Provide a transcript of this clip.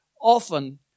Often